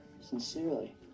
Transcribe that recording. Sincerely